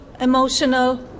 emotional